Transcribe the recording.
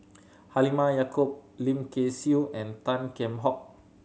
Halimah Yacob Lim Kay Siu and Tan Kheam Hock